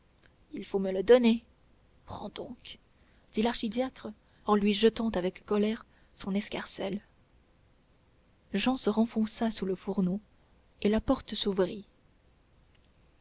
il faut me le donner prends donc dit l'archidiacre en lui jetant avec colère son escarcelle jehan se renfonça sous le fourneau et la porte s'ouvrit